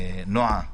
נועה,